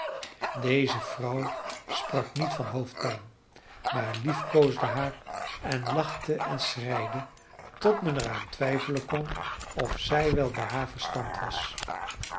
deze vrouw sprak niet van hoofdpijn maar liefkoosde haar en lachte en schreide tot men er aan twijfelen kon of zij wel bij haar verstand was